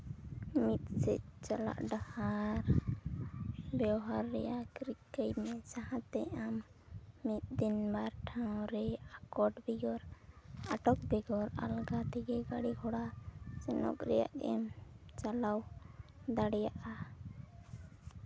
ᱢᱤᱫ ᱥᱮᱫ ᱪᱟᱞᱟᱜ ᱰᱟᱦᱟᱨ ᱵᱮᱣᱦᱟᱨ ᱨᱮᱭᱟᱜ ᱨᱤᱠᱟᱹᱭ ᱢᱮ ᱡᱟᱦᱟᱸ ᱛᱮ ᱟᱢ ᱢᱤᱫ ᱫᱤᱱ ᱵᱟᱫ ᱴᱷᱟᱶ ᱨᱮ ᱟᱠᱚᱴ ᱵᱮᱜᱚᱨ ᱟᱴᱚᱠ ᱵᱮᱜᱚᱨ ᱟᱞᱜᱟ ᱛᱮᱜᱮ ᱜᱟᱹᱲᱤᱼᱜᱷᱚᱲᱟ ᱥᱮᱱᱚᱜᱽ ᱨᱮᱭᱟᱜ ᱮᱢ ᱪᱟᱞᱟᱣ ᱫᱟᱲᱮᱭᱟᱜᱼᱟ